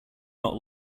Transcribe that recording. not